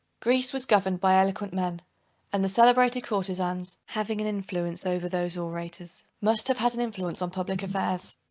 greece was governed by eloquent men and the celebrated courtezans, having an influence over those orators must have had an influence on public affairs.